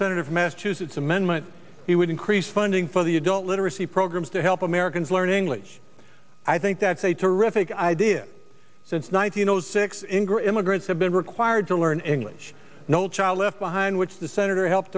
senate of massachusetts amendment he would increase funding for the adult literacy programs to help americans learn english i think that's a terrific idea since nineteen zero six engr immigrants have been required to learn english no child left behind which the senator help